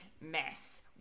mess